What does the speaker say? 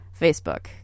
Facebook